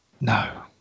No